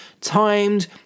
timed